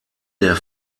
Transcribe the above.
der